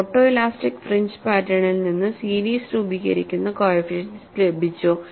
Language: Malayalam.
ഫോട്ടോഇലാസ്റ്റിക് ഫ്രിഞ്ച് പാറ്റേണിൽ നിന്ന് സീരീസ് രൂപീകരിക്കുന്ന കോഎഫിഷ്യന്റ്സ് ലഭിച്ചു